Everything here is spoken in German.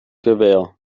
gewehr